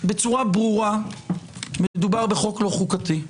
בצורה ברורה מדובר בחוק לא חוקתי,